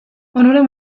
onuren